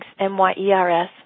M-Y-E-R-S